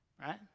right